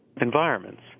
environments